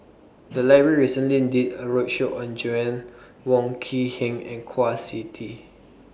The Library recently did A roadshow on Joanna Wong Quee Heng and Kwa Siew Tee